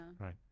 Right